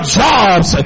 jobs